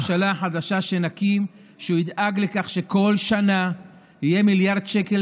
בממשלה החדשה שנקים הוא ידאג לכך שבכל שנה יהיו מיליארד שקלים